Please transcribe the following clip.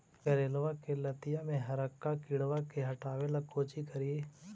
करेलबा के लतिया में हरका किड़बा के हटाबेला कोची करिए?